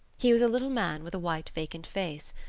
he was a little man, with a white, vacant face.